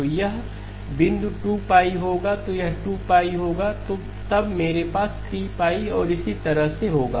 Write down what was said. तो यह बिंदु 2π होगा यह बिंदु 2 होगा तब मेरे पास 3 और इसी तरह होगा